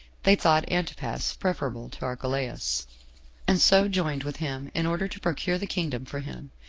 they thought antipas preferable to archelaus, and so joined with him, in order to procure the kingdom for him.